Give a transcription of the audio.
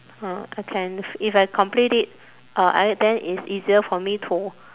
ah I can if I complete it uh I then it's easier for me to